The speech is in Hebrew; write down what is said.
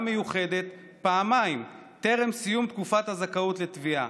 מיוחדת פעמיים טרם סיום תקופת הזכאות לתביעה,